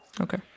Okay